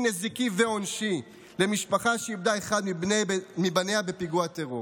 נזיקי ועונשי למשפחה שאיבדה אחד מבניה בפיגוע טרור.